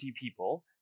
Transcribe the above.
people